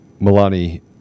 Milani